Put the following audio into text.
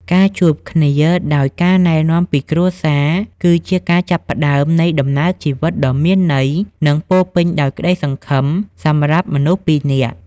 ការជួបគ្នាដោយការណែនាំពីគ្រួសារ គឺជាការចាប់ផ្តើមនៃដំណើរជីវិតដ៏មានន័យ និងពោរពេញដោយក្តីសង្ឃឹមសម្រាប់មនុស្សពីរនាក់។